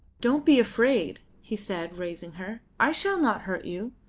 don't be afraid, he said, raising her. i shall not hurt you.